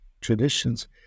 traditions